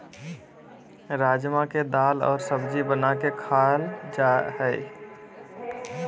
राजमा के दाल और सब्जी बना के खाल जा हइ